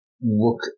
look